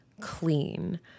clean